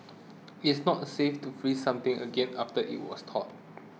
is not safe to freeze something again after it was thawed